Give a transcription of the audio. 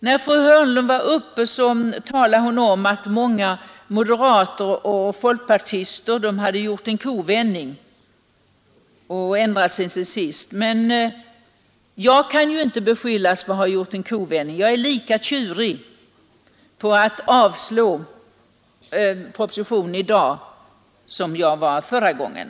När fru Hörnlund var uppe och talade sade hon att många moderater och folkpartister hade gjort en kovändning och ändrat sig sedan sist, men jag kan ju inte beskyllas för någon kovändning; jag vill avslå propositionen i dag också, och jag är lika tjurig nu som jag var förra gången.